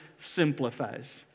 simplifies